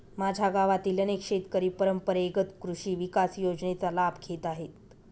माझ्या गावातील अनेक शेतकरी परंपरेगत कृषी विकास योजनेचा लाभ घेत आहेत